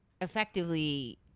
effectively